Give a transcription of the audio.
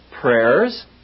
prayers